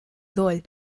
ddoe